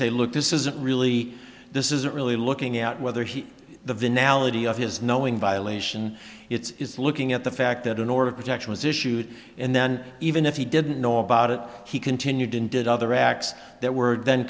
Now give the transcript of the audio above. say look this isn't really this isn't really looking at whether he's the venality of his knowing violation it's looking at the fact that in order to protect was issued and then even if he didn't know about it he continued and did other acts that were th